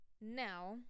Now